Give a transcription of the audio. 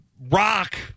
rock